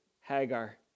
Hagar